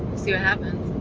see what happens.